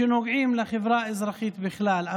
שנוגעים לחברה האזרחית בכלל.